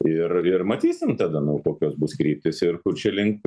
ir ir matysim tada no kokios bus kryptys ir kur čia link